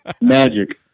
Magic